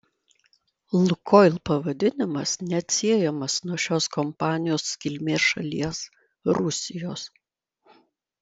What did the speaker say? lukoil pavadinimas neatsiejamas nuo šios kompanijos kilmės šalies rusijos